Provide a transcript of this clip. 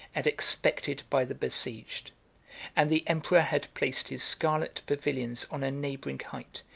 and expected by the besieged and the emperor had placed his scarlet pavilions on a neighboring height,